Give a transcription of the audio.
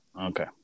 Okay